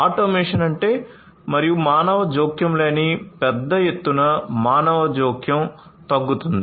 automation అంటే మరియు మానవ జోక్యం లేని పెద్ద ఎత్తున మానవ జోక్యం తగ్గుతుంది